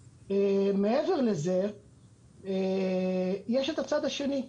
מעבר לזה יש את הצד השני.